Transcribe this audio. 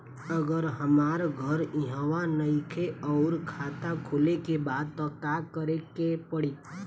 अगर हमार घर इहवा नईखे आउर खाता खोले के बा त का करे के पड़ी?